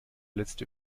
letzte